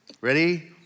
Ready